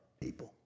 people